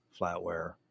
flatware